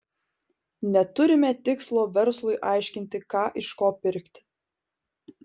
neturime tikslo verslui aiškinti ką iš ko pirkti